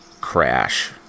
crash